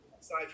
aside